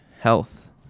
health